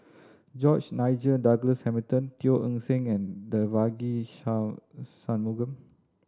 George Nigel Douglas Hamilton Teo Eng Seng and Devagi Sanmugam